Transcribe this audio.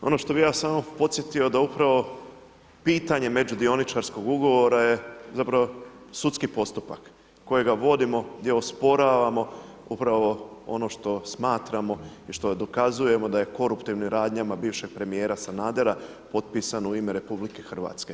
Ono što bi ja samo podsjetio da upravo pitanje međudioničarskog ugovora je zapravo sudski postupak kojeg vodimo gdje osporavamo upravo ono što smatramo i što dokazujemo da je koruptivnim radnjama bivšeg premijera Sanadera potpisano u ime RH.